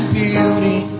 beauty